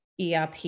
ERP